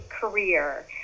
career